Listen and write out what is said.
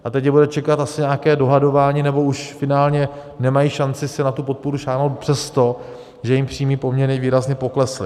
A teď je bude čekat asi nějaké dohadování, nebo už finálně nemají šanci si na tu podporu sáhnout, přestože jim příjmy poměrně výrazně poklesly.